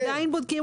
עדיין בודקים.